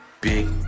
Big